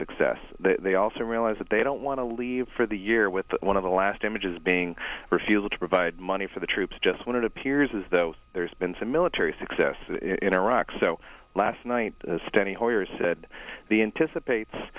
success they also realize that they don't want to leave for the year with one of the last images being refusal to provide money for the troops just wanted appears as though there's been some military success in iraq so last night standing hoyer said the anticipat